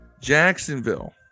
Jacksonville